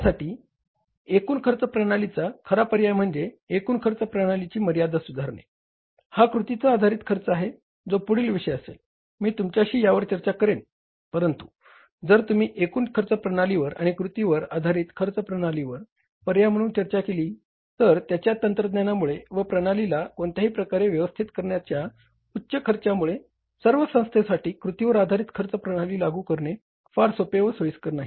त्याकरिता एकूण खर्च प्रणालीचा खरा पर्याय म्हणजे एकूण खर्च प्रणालीची मर्यादा सुधारणे हा कृती आधारित खर्च आहे जो पुढील विषय असेल मी तुमच्याशी यावर चर्चा करेन परंतु जर तुम्ही एकूण खर्च प्रणालीवर आणि कृतीवर आधारित खर्च प्रणालीवर पर्याय म्हणून चर्चा केली तर त्याच्या तंत्रज्ञानामुळे व या प्रणालीला कोणत्याही प्रकारे व्यवस्थापित करण्याच्या उच्च खर्च्यामुळे सर्व संस्थेसाठी कृतीवर आधारित खर्च प्रणाली लागू करणे फार सोपे व सोयीस्कर नाही